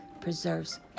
preserves